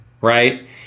right